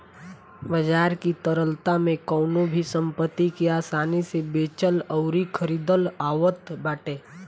बाजार की तरलता में कवनो भी संपत्ति के आसानी से बेचल अउरी खरीदल आवत बाटे